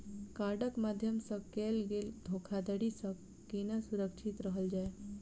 कार्डक माध्यम सँ कैल गेल धोखाधड़ी सँ केना सुरक्षित रहल जाए?